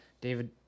David –